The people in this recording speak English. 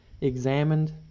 examined